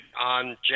on